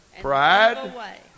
Pride